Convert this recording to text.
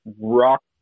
rock